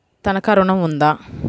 తనఖా ఋణం ఉందా?